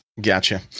Gotcha